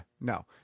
no